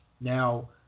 Now